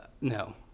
No